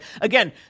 again